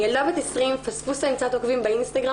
אני ילדה בת 20, פספוסה עם קצת עוקבים באינסטגרם